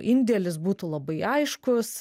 indėlis būtų labai aiškus